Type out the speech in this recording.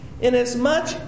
...inasmuch